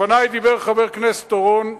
לפני דיבר חבר הכנסת אורון,